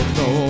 no